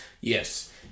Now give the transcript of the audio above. Yes